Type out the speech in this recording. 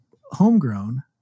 Homegrown